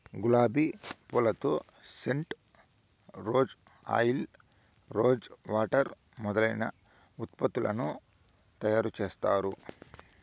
గులాబి పూలతో scent, rose oil, rose water మొదలైన ఉత్పత్తులను తయారు చేత్తారు